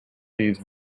these